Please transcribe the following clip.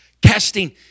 casting